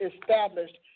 established